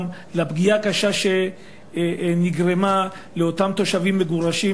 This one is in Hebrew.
גם לפגיעה הקשה שנגרמה לאותם תושבים מגורשים,